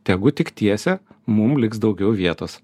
tegu tik tiesia mum liks daugiau vietos